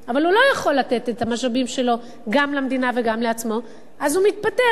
אבל הוא לא יכול לתת את המשאבים שלו גם למדינה וגם לעצמו ואז הוא מתפטר.